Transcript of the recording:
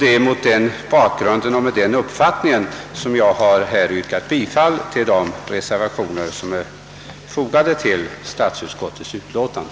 Det är mot bakgrund av den uppfattningen som jag yrkar bifall till de reservationer som är fogade till statsutskottets utlåtande.